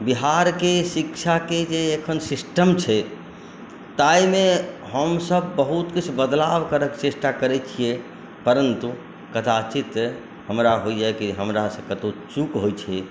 बिहारके शिक्षाके जे एखन सिस्टम छै ताहिमे हमसभ बहुत किछु बदलाव करयके चेष्टा करैत छियै परन्तु कदाचित हमरा होइए कि हमरासँ कतहु चूक होइत छै